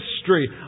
history